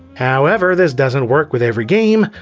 however, this doesn't work with every game.